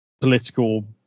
political